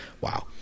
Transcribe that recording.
Wow